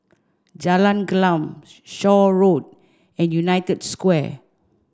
Jalan Gelam Shaw Road and United Square